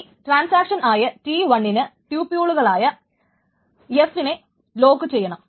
ഇനി ട്രാൻസാക്ഷനായ T 1 ന് ട്യൂപ്യൂളായ f നെ ലോക്കുചെയ്യണം